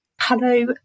hello